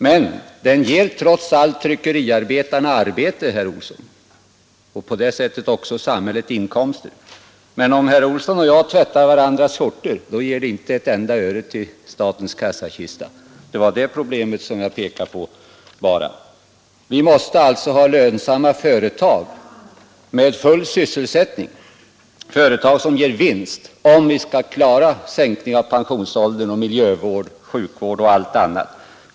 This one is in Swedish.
Men den ger trots allt tryckeriarbetarna sysselsättning, herr Olsson, och på det sättet också samhället inkomster. Men om herr Olsson och jag tvättar varandras skjortor ger det inte ett enda öre till statens kassakista. Det var bara det problemet som jag pekade på. Vi måste alltså ha lönsamma företag med full sysselsättning, vilka ger vinst, om vi skall klara en sänkning av pensionsåldern, miljövård, sjukvård och allt annat.